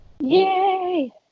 yay